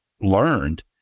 learned